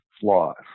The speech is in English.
flaws